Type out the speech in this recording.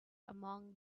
among